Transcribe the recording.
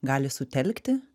gali sutelkti